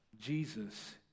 Jesus